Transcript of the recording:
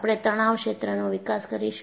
આપણે તણાવ ક્ષેત્રનો વિકાસ કરીશું